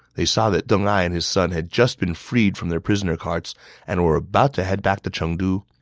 they saw that deng ai and his son had just been freed from their prisoner carts and were about to head back to chengdu.